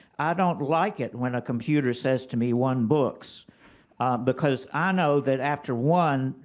i don't like it when a computer says to me one books because i know that, after one,